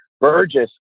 Burgess